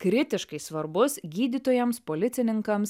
kritiškai svarbus gydytojams policininkams